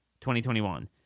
2021